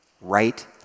Right